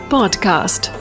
Podcast